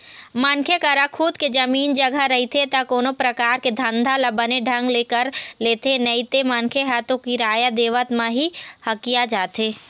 मनखे करा खुद के जमीन जघा रहिथे ता कोनो परकार के धंधा ल बने ढंग ले कर लेथे नइते मनखे ह तो किराया देवत म ही हकिया जाथे